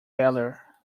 valour